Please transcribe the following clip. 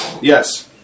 Yes